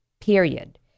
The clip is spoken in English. period